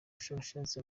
bushakashatsi